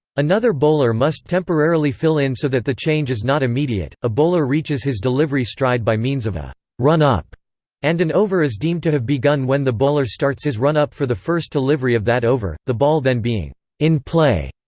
another bowler must temporarily fill in so that the change is not immediate a bowler reaches his delivery stride by means of a run-up and an over is deemed to have begun when the bowler starts his run-up for the first delivery of that over, the ball then being in play.